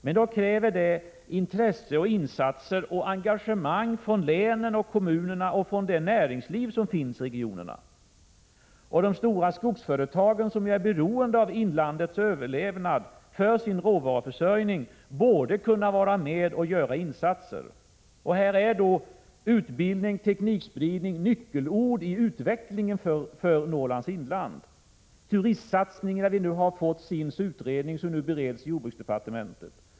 Men det kräver då intresse, insatser och engagemang från länen, kommunerna och det näringsliv som finns i regionerna. De stora skogsföretagen som ju är beroende av inlandets överlevnad för sin råvaruförsörjning borde kunna vara med och göra insatser. Här är då utbildning och teknikspridning nyckelord i utvecklingen för Norrlands inland. Viktig är också turistsatsningen — vi har ju fått SIND:s utredning som nu bereds i jordbruksdepartementet.